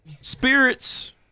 spirits